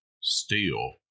steel